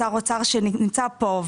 שר אוצר שנמצא פה,